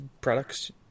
products